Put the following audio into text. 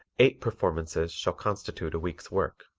eight performances shall constitute a week's work.